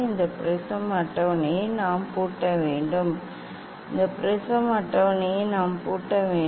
இந்த ப்ரிஸம் அட்டவணையை நாம் பூட்ட வேண்டும் இந்த ப்ரிஸம் அட்டவணையை நாம் பூட்ட வேண்டும்